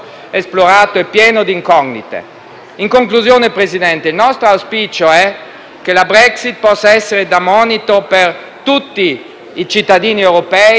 In conclusione, Presidente, il nostro auspicio è che la Brexit possa essere da monito per tutti i cittadini europei e anche per quelli italiani. Spero